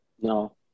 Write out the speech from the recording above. No